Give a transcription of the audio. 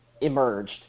emerged